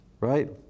right